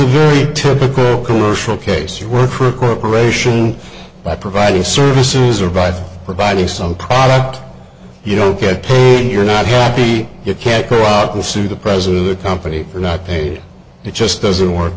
a very typical commercial case you work for a corporation by providing services or by providing some product you don't get playing you're not happy you can't co opt the suit the president of the company are not paid it just doesn't work